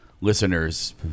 listeners